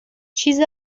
چیز